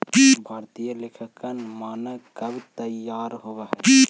भारतीय लेखांकन मानक कब तईयार होब हई?